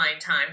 time